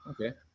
Okay